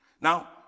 Now